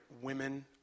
women